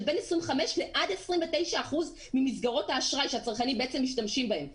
בין 25 עד 29 אחוזים ממסגרות האשראי שהצרכנים בעצם משתמשים בהם.